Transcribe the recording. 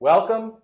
Welcome